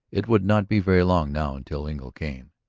it would not be very long now until engle came.